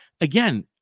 Again